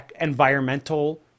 environmental